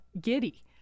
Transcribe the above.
Giddy